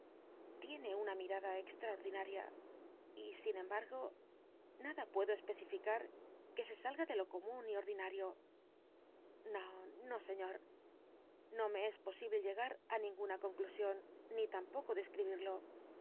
tiene una mirada extraordinaria y sin embargo nada puedo especificar que se salga de lo común y orhistoria de la puerta dinario no señor no me es posible llegar á una conclusión ni tampoco describirlo